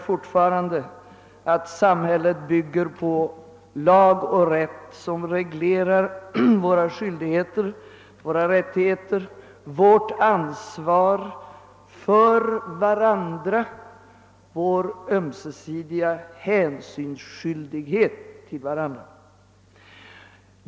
Fortfarande gäller att samhället bygger på lag och rätt som reglerar våra skyldigheter, våra rättigheter, vårt ansvar för var andra, vår ömsesidiga hänsynsskyldighet mot varandra.